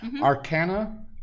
Arcana